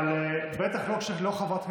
אבל בטח לא כשאת לא חברת כנסת,